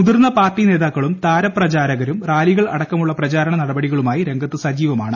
മുതിർന്ന പാർട്ടി നേതാക്കളും താര പ്രചാരകരും റാലികൾ അടക്കമുള്ള പ്രചാരണ ന്നടപടികളുമായി രംഗത്ത് സജീവമാണ്